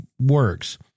works